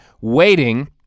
waiting